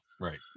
Right